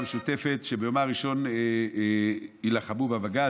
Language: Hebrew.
משותפת שביומה הראשון יילחמו בבג"ץ?